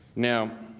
now,